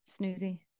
snoozy